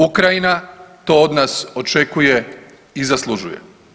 Ukrajina to od nas očekuje i zaslužuje.